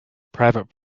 private